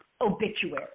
obituary